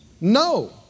No